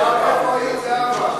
איפה היית, זהבה?